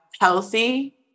healthy